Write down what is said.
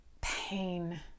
pain